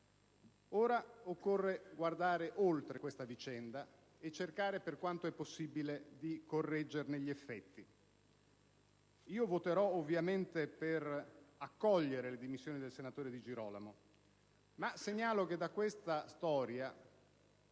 Ora occorre guardare oltre questa vicenda e cercare, per quanto è possibile, di correggerne gli effetti. Voterò ovviamente per accogliere le dimissioni del senatore Di Girolamo, ma segnalo che da questa storia,